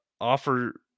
offer